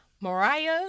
Mariah